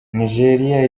nigeria